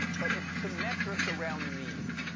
but it's symmetric around the mean.